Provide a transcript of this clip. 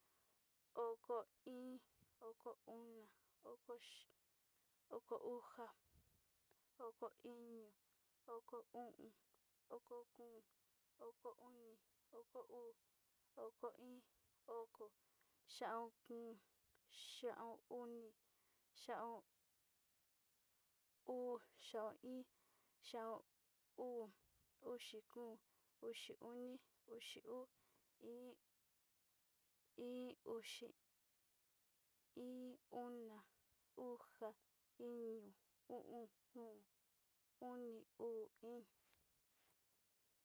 Oko iin, oko ona, oko iño, oko o'on, oko kóo, oko ona, oko uu, oko iin, oko, xaon uu, xaon oni, xaon uu, xaon iin, xaon uu, uxi uu, oni uxi uu, iin uxi, iin ona, uxa, iño, o'on, kóo, oni, uu, iin.